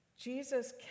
Jesus